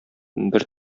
бер